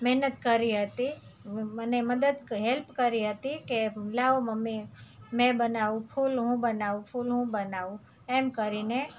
મેહનત કરી હતી મને મદદ હેલ્પ કરી હતી કે લાવો મમ્મી મેં બનાવું ફૂલ હું બનાવું ફૂલ હું બનાવું એમ કરીને